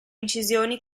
incisioni